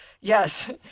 Yes